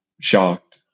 shocked